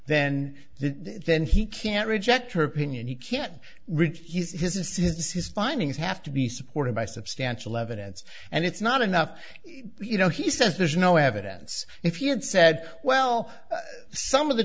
then then he can't reject her opinion he can't reach he says is his findings have to be supported by substantial evidence and it's not enough you know he says there's no evidence if you had said well some of the